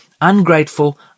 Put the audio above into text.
ungrateful